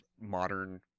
modern